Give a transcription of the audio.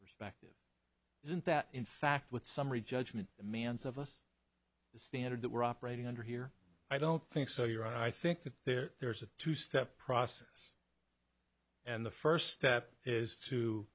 perspective isn't that in fact what summary judgment demands of us the standard that we're operating under here i don't think so you're i think that there's a two step process and the first step is to